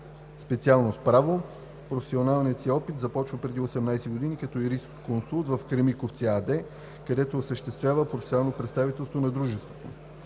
специалност „Право“. Професионалния си опит започва преди 18 години като юрисконсулт в „Кремиковци“ АД, където осъществява процесуално представителство на дружеството.